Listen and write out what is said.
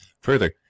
Further